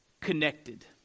connected